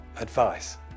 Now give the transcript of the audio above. advice